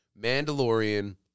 Mandalorian